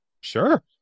sure